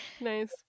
Nice